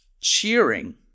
cheering